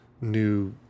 new